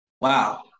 wow